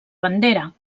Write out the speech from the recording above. bandera